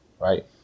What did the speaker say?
right